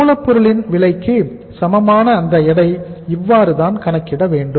மூலப்பொருள்களின் விலைக்கு சமமான அந்த எடையை இவ்வாறுதான் கணக்கிட வேண்டும்